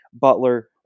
Butler